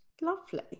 Lovely